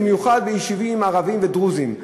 במיוחד ביישובים ערביים ודרוזיים.